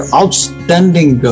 outstanding